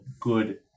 good